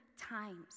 times